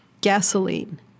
gasoline